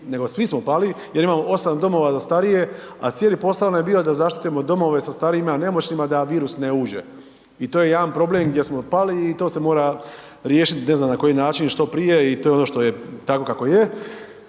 nego svi smo pali jer imamo 8 domova za starije, a cijeli posao nam je bio da zaštitimo domove sa starijima, nemoćnima da virus ne uđe i to je jedan problem gdje smo pali i to se mora riješiti ne znam na koji način i što prije i to je ono što je tako kako je.